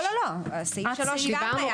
דיברנו רק,